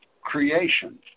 creation